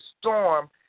storm